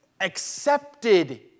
accepted